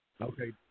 Okay